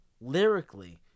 lyrically